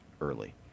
early